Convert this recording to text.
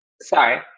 sorry